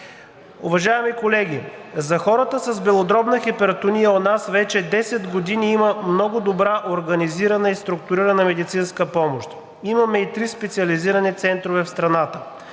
Уважаеми колеги, за хората с белодробна хипертония у нас вече 10 години има много добре организирана и структурирана медицинска помощ. Имаме и три специализирани центъра в страната.